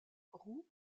roux